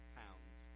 pounds